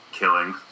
killing